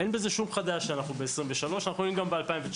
אין בזה שום חדש כשאנחנו ב-2023, היינו גם ב-2019.